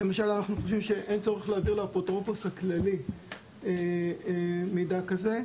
אנחנו חושבים שאין צורך להעביר לאפוטרופוס הכללי מידע כזה.